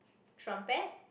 trumpet